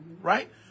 right